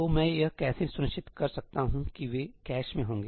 तो मैं यह कैसे सुनिश्चित कर सकता हूं कि वे कैश में होंगे